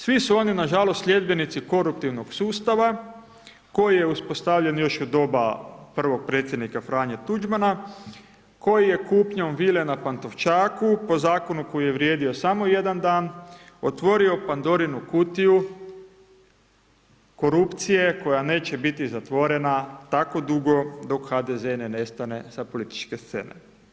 Svi su oni nažalost, sljedbenici koruptivnog sustava, koji je uspostavljen još u doba prvog predsjednika Franje Tuđmana, koji je kupnjom vile na Pantovčaku, po zakonu koji je vrijedio samo jedan dan, otvorio Pandorinu kutiju korupcije, koja neće biti zatvorena tako dugo dok HDZ ne nestane s političke scene.